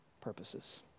purposes